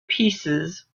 pieces